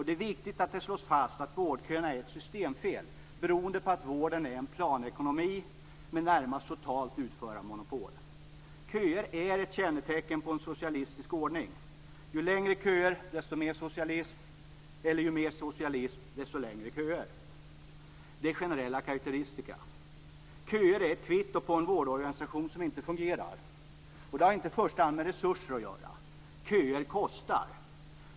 Det är viktigt att det slås fast att vårdköerna är ett systemfel beroende på att vården är en planekonomi med närmast totalt utförarmonopol. Köer är ett kännetecken på en socialistisk ordning. Ju längre köer, desto mer socialism eller ju mer socialism, desto längre köer. Det är generella krakteristika. Köer är ett kvitto på en vårdorganisation som inte fungerar. Det har inte i första hand med resurser att göra. Köer kostar.